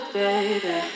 baby